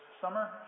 summer